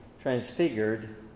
transfigured